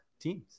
teams